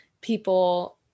people